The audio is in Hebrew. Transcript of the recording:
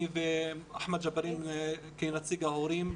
אני ואחמד ג'בארין כנציג ההורים,